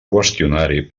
qüestionari